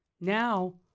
now